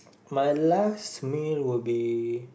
my last meal will be